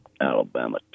Alabama